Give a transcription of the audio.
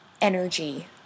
energy